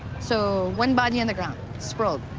so, one body on the ground. sprawled,